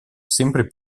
sempre